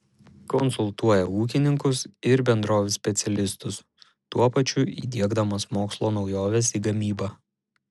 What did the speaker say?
konsultuoja ūkininkus ir bendrovių specialistus tuo pačiu įdiegdamas mokslo naujoves į gamybą